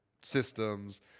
systems